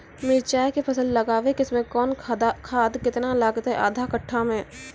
मिरचाय के फसल लगाबै के समय कौन खाद केतना लागतै आधा कट्ठा मे?